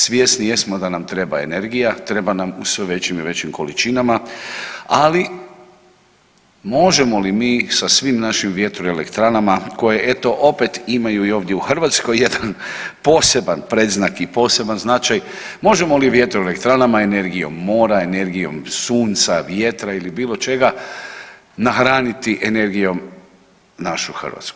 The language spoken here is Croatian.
Svjesni jesmo da nam treba energija, treba nam u sve većim i većim količinama, ali možemo li mi sa svim našim vjetroelektranama koje eto opet imaju i ovdje u Hrvatskoj jedan poseban predznak i poseban značaj, možemo li vjetroelektranama, energijom mora, energijom sunca, vjetra ili bilo čega nahraniti energijom našu Hrvatsku?